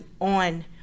on